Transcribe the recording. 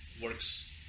works